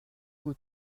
vous